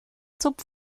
top